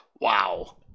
Wow